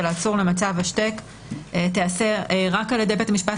העצור למצב "השתק" תיעשה רק על ידי בית המשפט,